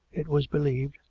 it was believed,